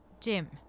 Jim